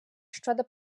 щодо